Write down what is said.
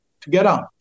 together